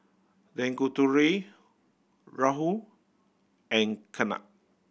Tanguturi Rahul and Ketna